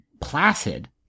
placid